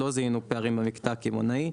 לא זיהינו פערים במקטע הקמעונאי,